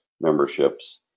memberships